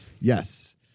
yes